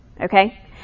Okay